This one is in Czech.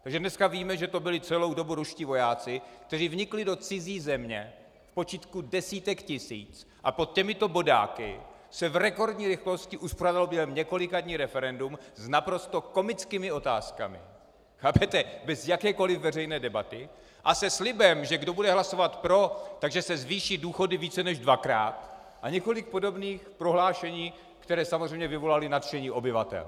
Takže dneska víme, že to byli celou dobu ruští vojáci, kteří vnikli do cizí země v počtu desítek tisíc, a pod těmito bodáky se v rekordní rychlosti uspořádalo během několika dní referendum s naprosto komickými otázkami, chápete, bez jakékoliv veřejné debaty a se slibem, že kdo bude hlasovat pro, tak že se zvýší důchody více než dvakrát, a několik podobných prohlášení, která samozřejmě vyvolala nadšení obyvatel.